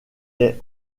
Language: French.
est